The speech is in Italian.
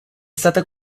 stata